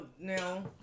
now